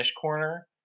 Corner